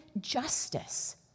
justice